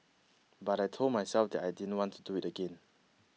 but I told myself that I didn't want to do it again